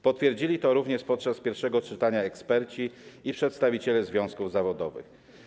Potwierdzili to również podczas pierwszego czytania eksperci i przedstawiciele związków zawodowych.